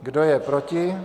Kdo je proti?